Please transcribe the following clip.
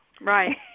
Right